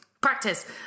practice